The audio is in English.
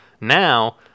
Now